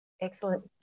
Excellent